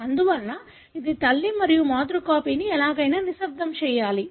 అందువల్ల ఇది తల్లి మరియు మాతృ కాపీని ఎలాగైనా నిశ్శబ్దం చేయాలి